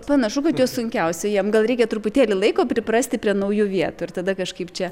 panašu kad juos sunkiausia jiem gal reikia truputėlį laiko priprasti prie naujų vietų ir tada kažkaip čia